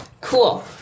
cool